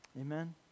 Amen